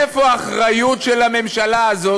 איפה האחריות של הממשלה הזאת,